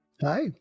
hi